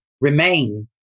remain